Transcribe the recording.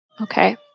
Okay